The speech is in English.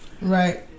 Right